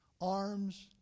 arms